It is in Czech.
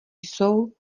jsou